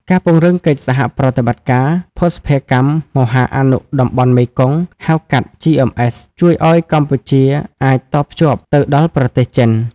ការពង្រឹងកិច្ចសហប្រតិបត្តិការ "ភស្តុភារកម្មមហាអនុតំបន់មេគង្គ" ហៅកាត់ GMS ជួយឱ្យកម្ពុជាអាចតភ្ជាប់ទៅដល់ប្រទេសចិន។